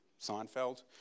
Seinfeld